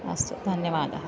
अस्तु धन्यवादः